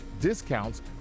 discounts